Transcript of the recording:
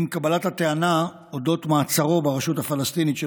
עם קבלת הטענה אודות מעצרו ברשות הפלסטינית של